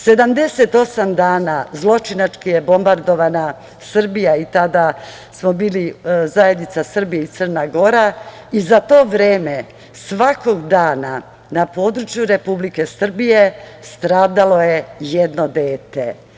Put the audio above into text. Dakle, 78 dana zločinački je bombardovana Srbija i tada smo bili zajednica Srbija i Crna Gora, i za to vreme, svakog dana na području Republike Srbije, stradalo je jedno dete.